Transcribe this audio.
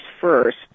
first